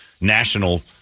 national